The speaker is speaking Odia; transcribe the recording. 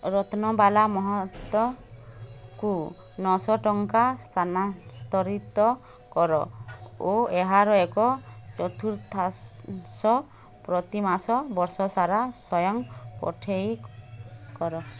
ରତ୍ନବାଳା ମହାତଙ୍କୁ ନଅଶହ ଟଙ୍କା ସ୍ଥାନାନ୍ତରିତ କର ଓ ଏହାର ଏକ ଚତୁର୍ଥାଂଶ ପ୍ରତିମାସ ବର୍ଷସାରା ସ୍ଵୟଂପଠେଇ କର